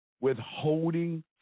Withholding